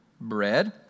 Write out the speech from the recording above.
bread